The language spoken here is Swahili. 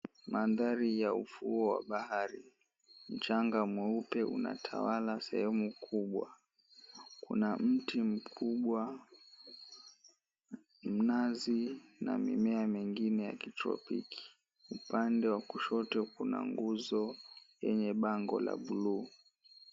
Mandhari ya ufuo wa bahari. Mchanga mweupe unatawala sehemu kubwa. Kuna mti mkubwa, mnazi na mimea mingine ya kitropiki. Upande wa kushoto kuna nguzo yenye bango la buluu.